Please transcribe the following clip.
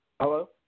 Hello